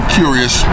curious